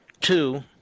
Two